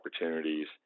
opportunities